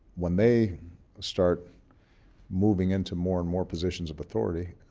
when they start moving into more and more positions of authority,